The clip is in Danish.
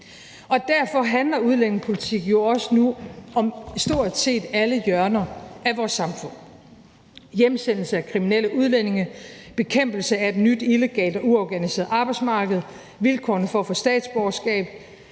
Derfor handler udlændingepolitik jo også nu om stort set alle hjørner af vores samfund: Hjemsendelse af kriminelle udlændinge, bekæmpelse af et nyt illegalt og uorganiseret arbejdsmarked, vilkårene for at få statsborgerskab,